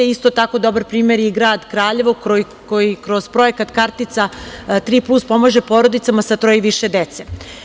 Isto tako je dobar primer i grad Kraljevo koji kroz projekat kartica „Tri plus“ pomaže porodicama sa troje i više dece.